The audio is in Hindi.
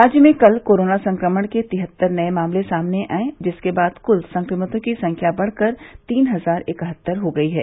राज्य में कल कोरोना संक्रमण के तिहत्तर नए मामले सामने आये जिसके बाद कुल संक्रमितों की संख्या बढ़कर तीन हजार इकहत्तर हो गई है